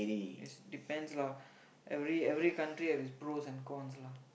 is depends lah every every country have its pros and cons lah